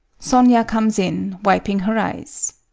sonia comes in wiping her eyes.